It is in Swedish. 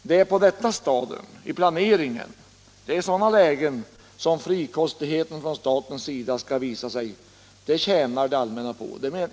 Det är på detta stadium av planeringen som frikostigheten från statens sida skall visa sig. Det tjänar det allmänna på.